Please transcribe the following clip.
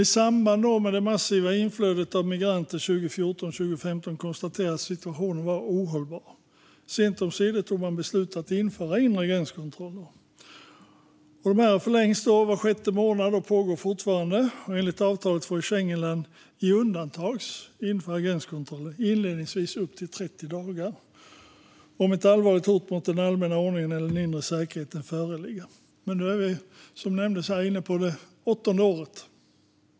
I samband med det massiva inflödet av migranter 2014-2015 konstaterades att situationen var ohållbar. Sent omsider fattade man beslut om att införa inre gränskontroller. Dessa förlängs var sjätte månad och pågår fortfarande. Enligt avtalet får ett Schengenland i undantagsfall införa gränskontroller, inledningsvis upp till 30 dagar, om ett allvarligt hot mot den allmänna ordningen eller den inre säkerheten föreligger. Men nu är vi, som nämndes här, inne på det åttonde året!